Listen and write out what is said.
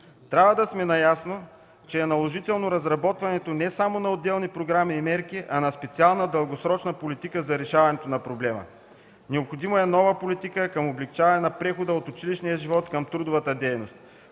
Трябва да сме наясно, че е наложително разработването не само на отделни програми и мерки, а на специална дългосрочна политика за разрешаването на проблема. Необходима е нова политика към облекчаване на прехода от училищния живот към трудовата дейност.